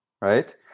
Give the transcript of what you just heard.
right